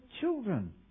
children